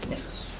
yes.